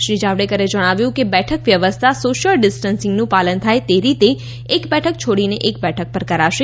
શ્રી જાવડેકરે જણાવ્યું હતું કે બેઠક વ્યવસ્થા સોશ્ચિલ ડિસ્ટનસીંગનું પાલન થાય એ રીતે એક બેઠક છોડીને એક બેઠક પર કરાશે